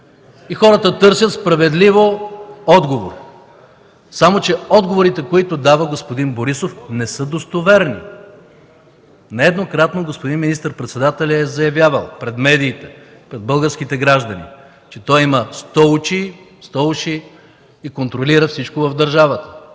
и хората търсят справедливо отговор. Само че отговорите, които дава господин Борисов, не са достоверни. Нееднократно господин министър-председателят е заявявал пред медиите, пред българските граждани, че той има сто очи, сто уши и контролира всичко в държавата,